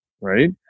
Right